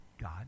God